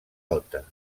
alta